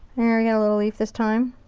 there, you got a little leaf this time.